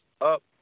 up